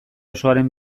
osoaren